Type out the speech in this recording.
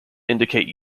indicate